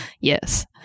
yes